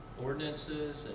ordinances